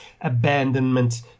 abandonment